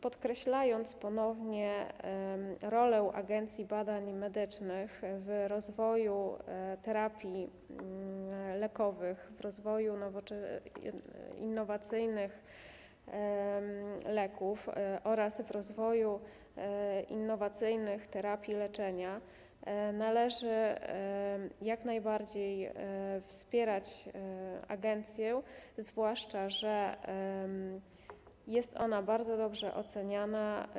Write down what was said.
Podkreślając ponownie rolę Agencji Badań Medycznych w rozwoju terapii lekowych, innowacyjnych leków oraz innowacyjnych terapii leczenia, należy jak najbardziej wspierać agencję, zwłaszcza że jest ona bardzo dobrze oceniana.